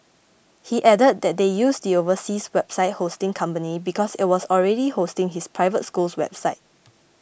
he added that they used the overseas website hosting company because it was already hosting his private school's website